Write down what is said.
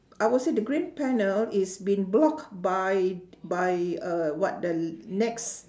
I will say the green panel is been blocked by by uhh what the next